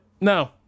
No